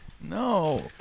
No